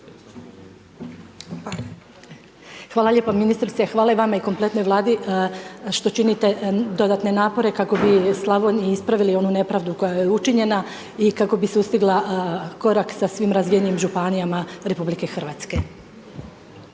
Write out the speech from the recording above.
Hvala lijepo ministrice, hvala i vama i kompletnoj Vladi što činite dodatne napore kako bi Slavoniji ispravili onu nepravdu koja je učinjena i kako bi sustigla korak sa svim razvijenim županijama RH.